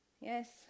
Yes